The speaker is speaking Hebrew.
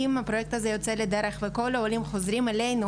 אם הפרויקט הזה יוצא לדרך וכל העולים חוזרים אלינו